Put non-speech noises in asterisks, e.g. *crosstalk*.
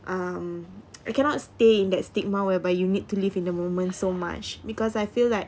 um *noise* I cannot stay in that stigma whereby you need to live in the moment so much because I feel like